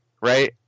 right